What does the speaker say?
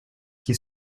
qui